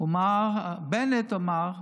מה בנט אמר?